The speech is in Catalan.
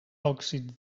òxids